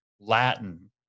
Latin